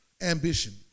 ambition